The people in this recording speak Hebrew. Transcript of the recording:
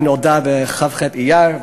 היא נולדה בכ"ח אייר,